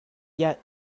yet